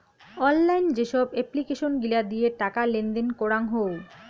online যেসব application গিলা দিয়ে টাকা লেনদেন করাঙ হউ